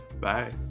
Bye